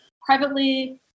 privately